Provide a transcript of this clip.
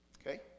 Okay